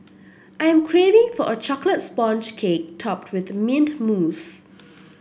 I am craving for a chocolate sponge cake topped with mint mousse